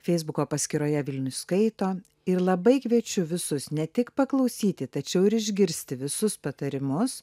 feisbuko paskyroje vilnius skaito ir labai kviečiu visus ne tik paklausyti tačiau ir išgirsti visus patarimus